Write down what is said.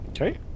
Okay